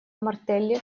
мартелли